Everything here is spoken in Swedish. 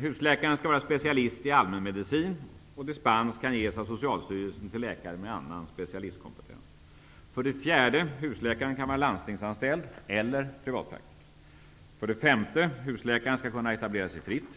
husläkaren vara specialist i allmänmedicin. Dispens kan ges av Socialstyrelsen till läkare med annan specialistkompetens. För det fjärde kan husläkaren vara landstingsanställd eller privatpraktiserande. För det femte skall husläkaren kunna etablera sig fritt.